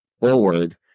forward